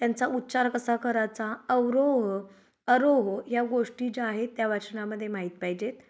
त्यांचा उच्चार कसा करायचा अवरोह आरोह ह्या गोष्टी ज्या आहेत त्या वाचनामध्ये माहीत पाहिजेत